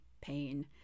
pain